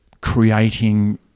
creating